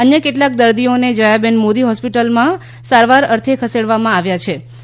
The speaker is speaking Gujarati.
અન્ય કેટલાક દર્દીઓને જયાબેન મોદી હોસ્પિટલમાં સારવાર અર્થે ખસેડવામાં આવ્યા વહે